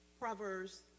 Proverbs